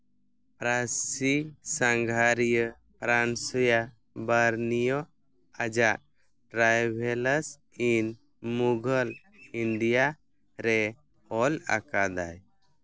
ᱯᱷᱚᱨᱟᱥᱤ ᱥᱟᱸᱜᱷᱟᱨᱤᱭᱟᱹ Francois Bernier ᱟᱡᱟᱜ travels ᱤᱱ ᱢᱩᱜᱷᱚᱞ ᱤᱱᱰᱤᱭᱟ ᱨᱮ ᱚᱞ ᱟᱠᱟᱫᱟᱭ